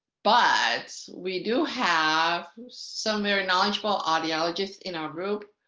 but we do have some very knowledgeable audiologists in our group.